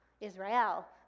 Israel